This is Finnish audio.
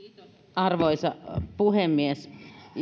arvoisa puhemies